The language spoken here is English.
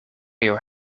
your